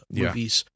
movies